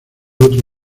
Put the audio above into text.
otro